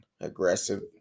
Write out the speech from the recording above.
aggressive